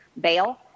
bail